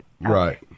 Right